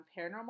Paranormal